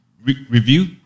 Review